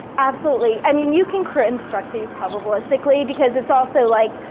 absolutely, i mean, you can construct these probabilistically because it's also, like,